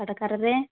கடைக்காரரே